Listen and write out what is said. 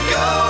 go